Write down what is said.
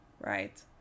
right